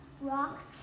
Rock